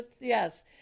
Yes